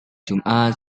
jumat